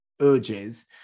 urges